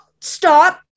stop